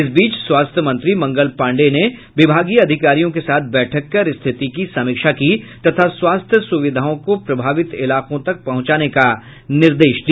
इस बीच स्वास्थ्य मंत्री मंगल पांडेय ने विभागीय अधिकारियों के साथ बैठक कर स्थिति की समीक्षा की तथा स्वास्थ्य सुविधाओं को प्रभावित इलाकों तक पहुंचाने का निर्देश दिया